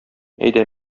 әйдә